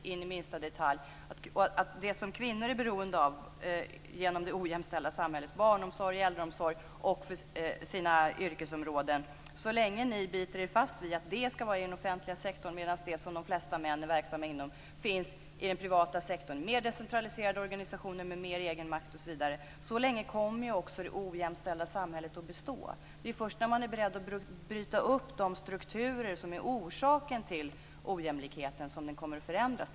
Så länge ni håller fast vid att det som kvinnor är beroende av i det ojämställda samhället - barnomsorg, äldreomsorg och andra kvinnligt dominerade yrkesområden - ska tillhöra den offentliga sektorn, medan det som de flesta män är verksamma inom ska finnas i den privata sektorn, med mer decentraliserade organisationer, med mer av egenmakt osv., kommer också det ojämställda samhället att bestå. Det är först när man är beredd att bryta upp de strukturer som är orsaken till ojämlikheten som det kommer att förändras.